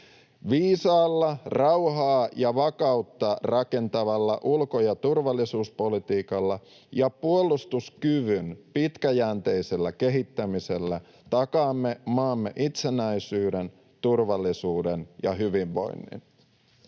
Viisaalla, rauhaa ja vakautta rakentavalla ulko- ja turvallisuuspolitiikalla ja puolustuskyvyn pitkäjänteisellä kehittämisellä takaamme maamme itsenäisyyden, turvallisuuden ja hyvinvoinnin.